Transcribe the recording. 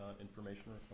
information